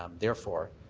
um therefore,